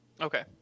Okay